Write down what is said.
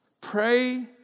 Pray